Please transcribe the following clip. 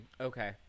Okay